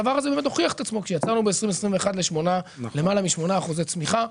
הדבר הזה באמת הוכיח את עצמו כשיצאנו ב-2021 ללמעלה מ-8% אחוזי צמיחה.